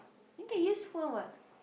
then can use phone what